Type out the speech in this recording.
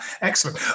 excellent